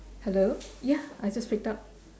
hello ya I just picked up